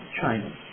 China